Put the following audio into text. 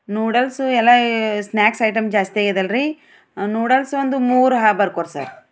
noodles ಎಲ್ಲ snacks item ಜಾಸ್ತಿ ಆಗ್ಯಾದಲ್ಲಾ ರಿ ನೂಡಲ್ಸ್ ಒಂದು ಮೂರು ಹಾಂ ಬರ್ಕೋರಿ ಸರ್